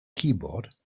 keyboard